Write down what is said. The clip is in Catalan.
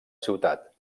ciutat